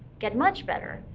get much better,